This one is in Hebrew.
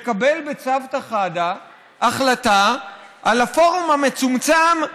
לקבל בצוותא חדא החלטה על הפורום המצומצם,